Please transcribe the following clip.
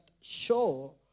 show